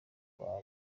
kwa